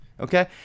okay